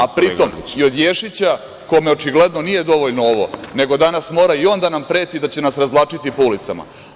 a pri tom i od Ješića, kome očigledno nije dovoljno ovo, nego danas mora i on da nam preti da će nas razvlačiti po ulicama.